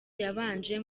yabanje